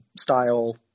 style